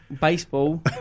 Baseball